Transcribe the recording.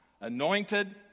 Anointed